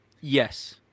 Yes